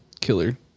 killer